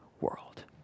world